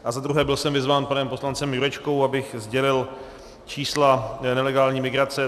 A za druhé, byl jsem vyzván panem poslancem Jurečkou, abych sdělil čísla nelegální migrace.